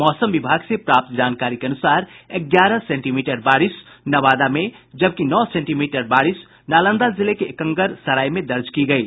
मौसम विभाग से प्राप्त जानकारी के अनुसार ग्यारह सेंटीमीटर बारिश नवादा में जबकि नौ सेंटीमीटर बारिश नालंदा जिले के एकंगरसराय में दर्ज की गयी